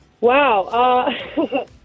Wow